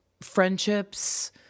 friendships